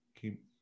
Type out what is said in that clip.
keep